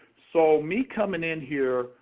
so, me coming in here,